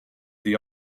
the